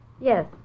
Yes